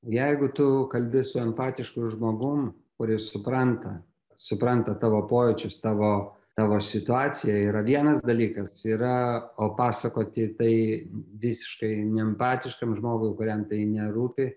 jeigu tu kalbi su empatišku žmogum kuris supranta supranta tavo pojūčius tavo tavo situaciją yra vienas dalykas yra o pasakoti tai visiškai neempatiškam žmogui kuriam tai nerūpi